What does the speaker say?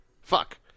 fuck